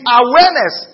awareness